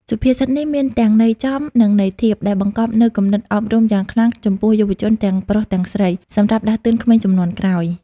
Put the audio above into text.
សុភាសិតនេះមានទាំងន័យចំ និងន័យធៀប ដែលបង្កប់នូវគំនិតអប់រំយ៉ាងខ្លាំងចំពោះយុវជនទាំងប្រុសទាំងស្រី សម្រាប់ដាស់តឿនក្មេងជំនាន់ក្រោយ។